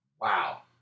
wow